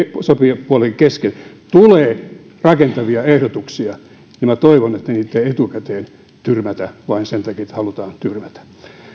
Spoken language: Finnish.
sopijapuolien kesken tulee rakentavia ehdotuksia niin toivon että niitä ei etukäteen tyrmätä vain sen takia että halutaan tyrmätä